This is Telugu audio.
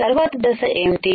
తర్వాతి దశ ఏంటి